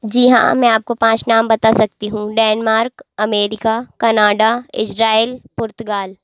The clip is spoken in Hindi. जी हाँ मैं आपको पाँच नाम बता सकती हूँ डेनमार्क अमेरिका कनाडा इज़राइल पुर्तगाल